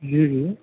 جی جی